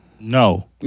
No